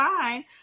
fine